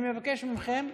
אני מבקש מכם,